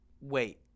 Wait